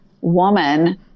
woman